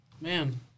Man